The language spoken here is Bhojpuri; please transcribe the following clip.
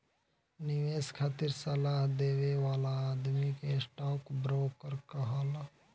निवेश खातिर सलाह देवे वाला आदमी के स्टॉक ब्रोकर कहाला